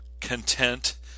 content